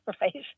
right